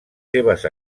seves